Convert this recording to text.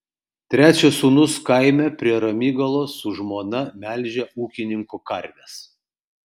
trečias sūnus kaime prie ramygalos su žmona melžia ūkininko karves